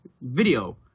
video